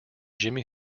jimi